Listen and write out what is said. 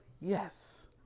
Yes